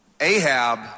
ahab